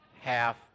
half